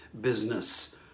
business